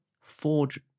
forge